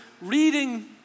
reading